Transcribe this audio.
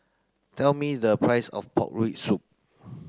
tell me the price of pork rib soup